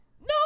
No